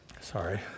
Sorry